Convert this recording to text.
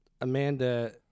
Amanda